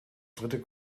dritte